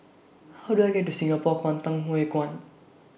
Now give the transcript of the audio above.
How Do I get to Singapore Kwangtung Hui Kuan